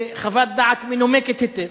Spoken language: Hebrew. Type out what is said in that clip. בחוות דעת מנומקת היטב,